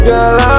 Girl